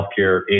healthcare